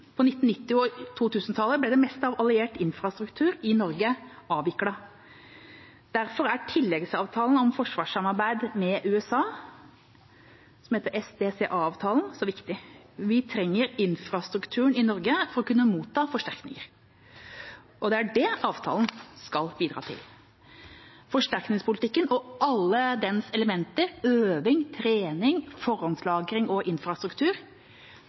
På 1990- og 2000-tallet ble det meste av alliert infrastruktur i Norge avviklet. Derfor er tilleggsavtalen om forsvarssamarbeid med USA, som heter SDCA-avtalen, så viktig. Vi trenger infrastrukturen i Norge for å kunne motta forsterkninger, og det er det avtalen skal bidra til. Forsterkningspolitikken og alle dens elementer – øving, trening, forhåndslagring og infrastruktur